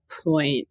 point